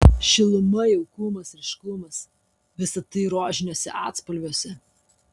šiluma jaukumas ryškumas visa tai rožiniuose atspalviuose